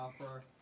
offer